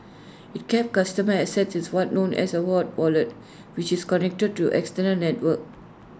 IT kept customer assets in what's known as A war wallet which is connected to external networks